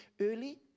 early